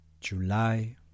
July